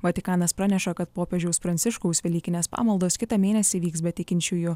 vatikanas praneša kad popiežiaus pranciškaus velykinės pamaldos kitą mėnesį vyks be tikinčiųjų